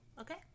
Okay